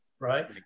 Right